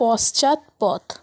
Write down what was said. পশ্চাৎপদ